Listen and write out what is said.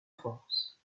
france